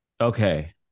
Okay